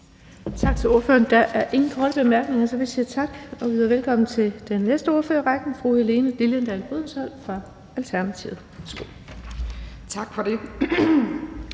Tak til ordføreren. Der er ingen korte bemærkninger, så vi siger tak og byder velkommen til næste ordfører i rækken, fru Helene Liliendahl Brydensholt fra Alternative . Værsgo. Kl.